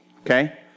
okay